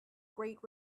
great